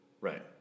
right